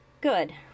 Good